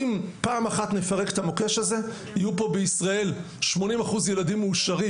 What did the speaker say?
אם פעם אחת נפרק את המוקש הזה יהיו פה בישראל 80% ילדים מאושרים